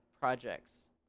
projects